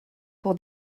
pour